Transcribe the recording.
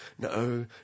no